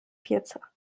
pieca